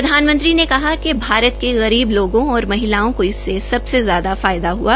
प्रधानमंत्री ने कहा कि भारत के गरीब लोगों और महिलाओं को इससे ज्यादा फायदा हआ